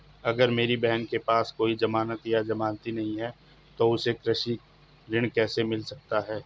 अगर मेरी बहन के पास कोई जमानत या जमानती नहीं है तो उसे कृषि ऋण कैसे मिल सकता है?